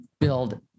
build